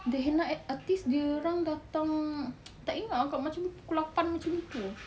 the henna artist dia orang datang tak ingat lah kak macam pukul lapan macam tu